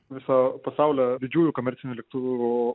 viso pasaulio didžiųjų komercinių lėktuvų